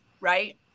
Right